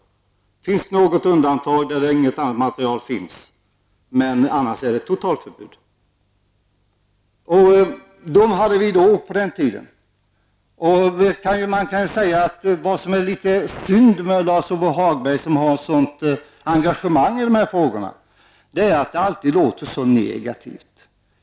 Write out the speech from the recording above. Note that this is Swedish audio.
Det finns något undantag där inget annat material finns, men annars är det ett totalförbud. Detta diskuterade vi på den tiden. Det är litet synd att Lars-Ove Hagberg, som har ett stort engagemang i de här frågorna, alltid låter så negativ.